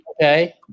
Okay